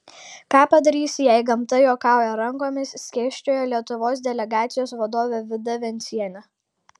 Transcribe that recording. ką padarysi jei gamta juokauja rankomis skėsčiojo lietuvos delegacijos vadovė vida vencienė